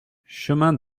chemin